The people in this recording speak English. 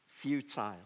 futile